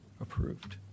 approved